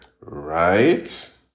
Right